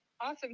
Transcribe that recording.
Awesome